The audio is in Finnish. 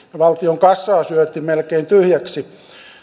valtion kassa syötiin melkein tyhjäksi